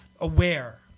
aware